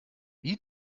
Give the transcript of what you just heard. wie